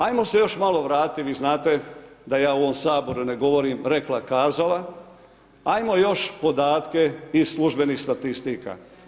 Ajmo se još malo vratiti, vi znate da ja u ovom Saboru ne govorim rekla kazala, ajmo još podatke iz službenih statistika.